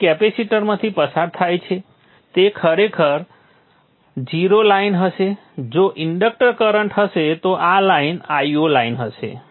જે કેપેસિટરમાંથી પસાર થાય છે તે ખરેખર 0 લાઇન હશે જો ઇન્ડક્ટર કરન્ટ હશે તો આ લાઇન Io લાઇન હશે